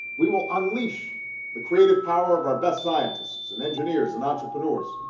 we will unleash the creative power of our best scientists, and engineers and entrepreneurs,